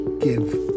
give